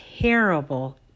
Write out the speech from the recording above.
terrible